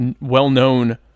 well-known